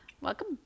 Welcome